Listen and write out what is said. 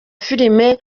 filimi